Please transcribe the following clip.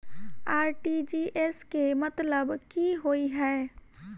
RTGS केँ मतलब की होइ हय?